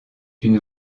une